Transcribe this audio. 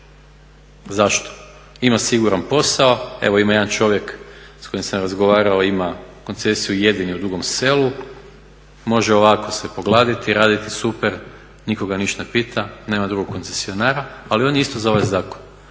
Zašto? Ima siguran posao, evo ima jedan čovjek s kojim sam razgovarao ima koncesiju jedini u Dugom selu, može ovako se pogladiti i raditi super, nitko ga ništa ne pita, nema drugog koncesionara ali i on je isto za ovaj zakon.